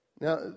Now